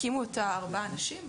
הקימו אותה ארבעה אנשים,